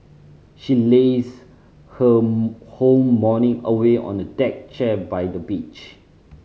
she lazed her whole morning away on a deck chair by the beach